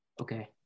okay